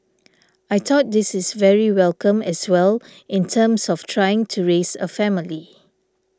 I thought this is very welcome as well in terms of trying to raise a family